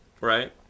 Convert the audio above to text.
Right